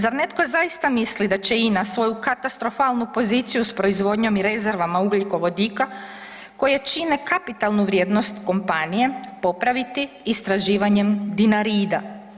Zar netko zaista misli da će INA svoju katastrofalnu poziciju s proizvodnjom i rezervama ugljikovodika koje čine kapitalnu vrijednost kompanije popraviti istraživanjem Dinarida.